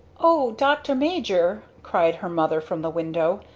o dr. major, cried her mother from the window,